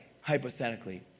hypothetically